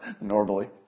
Normally